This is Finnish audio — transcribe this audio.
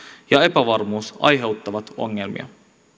ja epävarmuus aiheuttavat ongelmia